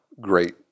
great